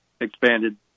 expanded